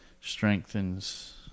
strengthens